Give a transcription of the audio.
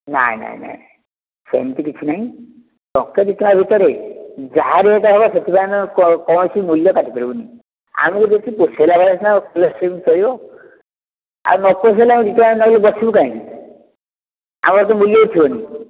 ନାହିଁ ନାହିଁ ନାହିଁ ସେମିତି କିଛି ନାହିଁ ଟଙ୍କେ ଦୁଇ ଟଙ୍କା ଭିତରେ ଯାହା ରେଟ୍ ହେବ ସେଥିପାଇଁ ଆମେ କୌଣସି ମୂଲ୍ୟ କାଟି ପାରିବୁନି ଆମକୁ ବେଶି ପୋଷେଇଲା ଭଳି ସିନା ସେମିତି ଚଳିବ ଆଉ ନ ପୋଷେଇଲେ ଆମେ ଦୁଇ ଟଙ୍କା ପାଇଁ ବସିବୁ କାହିଁକି ଆଉ ଏବେ ତ ମୂଲ୍ୟ ଉଠିବନି